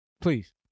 please